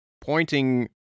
pointing